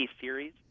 series